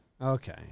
Okay